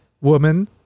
woman